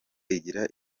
igira